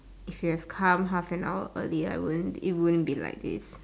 if you have come half an hour earlier I wouldn't it wouldn't be like this